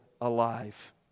alive